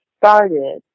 started